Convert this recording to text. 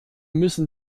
müssen